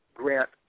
Grant